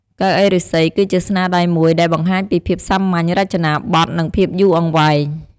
កៅអីឫស្សី គឺជាស្នាដៃមួយដែលបង្ហាញពីភាពសាមញ្ញ រចនាបថ និងភាពយូរអង្វែង ។